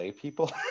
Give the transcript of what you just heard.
people